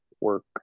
work